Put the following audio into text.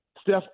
Steph